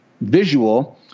visual –